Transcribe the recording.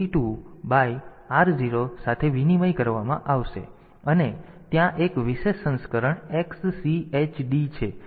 8 2 by r 0 સાથે વિનિમય કરવામાં આવશે અને ત્યાં એક વિશેષ સંસ્કરણ XCHD છે